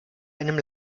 einem